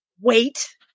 Wait